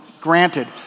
Granted